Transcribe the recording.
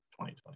2020